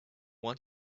want